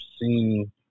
seen